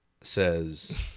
says